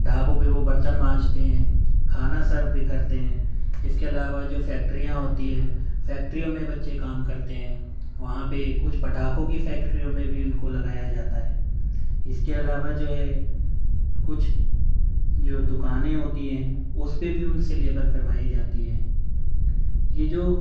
ڈھابوں پہ وہ برتن مانجتے ہیں کھانا سرو بھی کرتے ہیں اس کے علاوہ جو فیکٹریاں ہوتی ہیں فیکٹریوں میں بچے کام کرتے ہیں وہاں پہ کچھ پٹاخوں کی فیکٹریوں میں بھی ان کو لگایا جاتا ہے اس کے علاوہ جو ہے کچھ جو دکانیں ہوتی ہیں اس پہ بھی ان سے لیبر کروائی جاتی ہے یہ جو